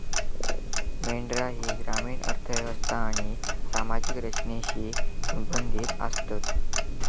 मेंढरा ही ग्रामीण अर्थ व्यवस्था आणि सामाजिक रचनेशी संबंधित आसतत